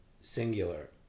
Singular